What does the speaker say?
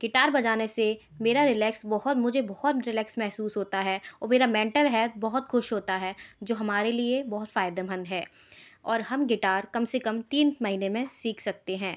guitar बजाने से मेरा रिलैक्स बहुत मुझे बहुत रिलैक्स महसूस होता है और मेरा मेंटल हेल्थ बहुत खुश होता है जो हमारे लिए बहुत फायदेमंद है और हम गिटार कम से कम तीन महीने में सीख सकते हैं